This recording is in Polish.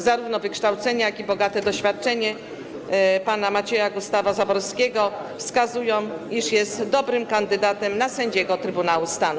Zarówno wykształcenie, jak i bogate doświadczenie pana Macieja Gustawa Zaborowskiego wskazują, iż jest dobrym kandydatem na sędziego Trybunału Stanu.